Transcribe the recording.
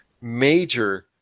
major